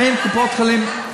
האם קופות-חולים,